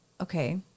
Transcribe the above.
Okay